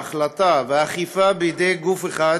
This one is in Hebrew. ההחלטה והאכיפה בידי גוף אחד